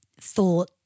thought